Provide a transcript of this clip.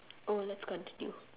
oh let's continue